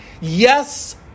Yes